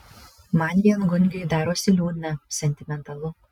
man viengungiui darosi liūdna sentimentalu